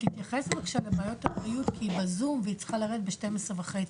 תתייחס בבקשה לבעיות הבריאות כי היא בזום והיא צריכה לרדת בשעה 12 וחצי.